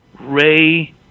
Ray